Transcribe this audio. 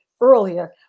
earlier